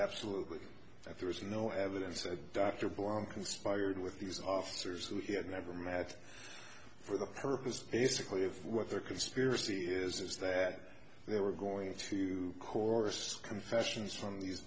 absolutely that there was no evidence that dr browne conspired with these officers who he had never met for the purpose basically if what the conspiracy is is that they were going to course confessions from these